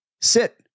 Sit